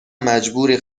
مجبوری